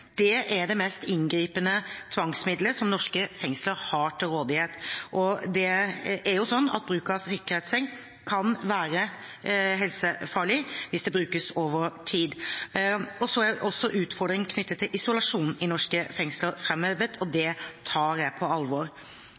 Det er det mest inngripende tvangsmiddelet norske fengsler har til rådighet. Bruk av sikkerhetsseng kan være helsefarlig hvis det brukes over tid. Utfordringene knyttet til isolasjon i norske fengsler er også framhevet. Dette tar jeg på alvor.